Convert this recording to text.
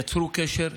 יצרו קשר,